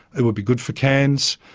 it would be good for cairns,